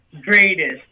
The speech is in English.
greatest